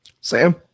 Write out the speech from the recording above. Sam